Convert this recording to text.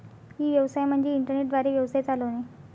E व्यवसाय म्हणजे internet द्वारे व्यवसाय चालवणे